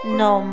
no